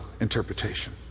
interpretation